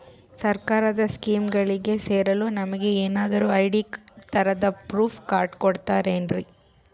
ಸರ್ಕಾರದ ಸ್ಕೀಮ್ಗಳಿಗೆ ಸೇರಲು ನಮಗೆ ಏನಾದ್ರು ಐ.ಡಿ ತರಹದ ಪ್ರೂಫ್ ಕಾರ್ಡ್ ಕೊಡುತ್ತಾರೆನ್ರಿ?